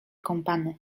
kąpany